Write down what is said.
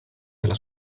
della